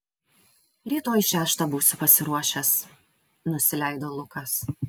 rytoj šeštą būsiu pasiruošęs nusileido lukas